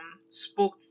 spoke